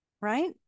right